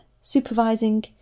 supervising